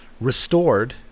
restored